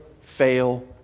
fail